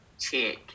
check